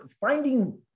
finding